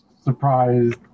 surprised